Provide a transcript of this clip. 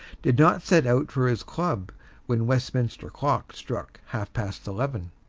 did not set out for his club when westminster clock struck half-past eleven.